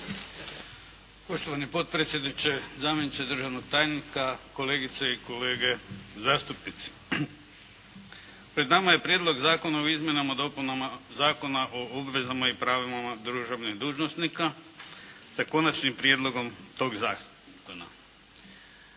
Poštovani potpredsjedniče, zamjeniče državnog tajnika, kolegice i kolege zastupnici. Pred nama je Prijedlog zakona o izmjenama i dopunama Zakona o obvezama i pravima državnih dužnosnika, s Konačnim prijedlogom zakona.